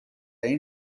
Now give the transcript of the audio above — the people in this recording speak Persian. این